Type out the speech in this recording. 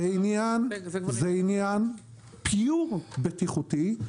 זה עניין pure בטיחותי,